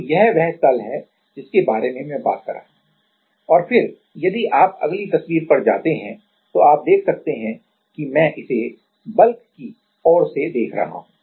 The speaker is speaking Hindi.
तो यह वह तल है जिसके बारे में मैं बात कर रहा हूं और फिर यदि आप अगली तस्वीर पर जाते हैं तो आप देख सकते हैं कि मैं इसे बल्क दृष्टिकोण से देख रहा हूं